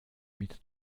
mit